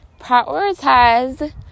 prioritize